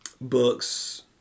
books